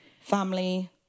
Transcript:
family